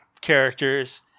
characters